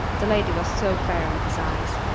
the lady was so fair in his eyes.